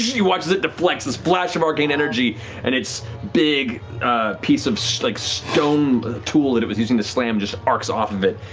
you watch as it deflects this flash of arcane energy and its big piece of so like stone tool that it was using to slam just arcs off of it.